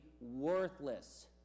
worthless